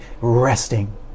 resting